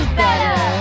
better